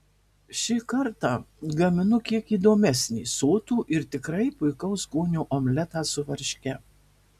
šį kartą gaminu kiek įdomesnį sotų ir tikrai puikaus skonio omletą su varške